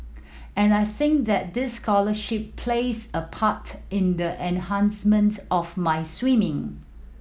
and I think that this scholarship plays a part in the enhancement of my swimming